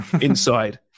inside